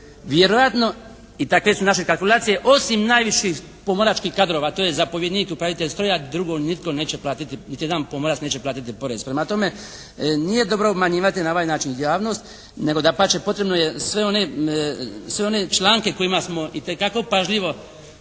vjerojatno i takve su naše kalkulacije osim najviših pomoračkih kadrova, a to je zapovjednik i upravitelj stroja, drugo nitko neće platiti, niti jedan pomorac neće platiti porez. Prema tome nije dobro obmanjivati na ovaj način javnosti nego dapače potrebno je sve one, sve one članke kojima smo itekako pažljivo